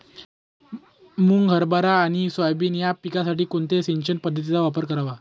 मुग, हरभरा आणि सोयाबीन या पिकासाठी कोणत्या सिंचन पद्धतीचा वापर करावा?